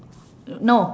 no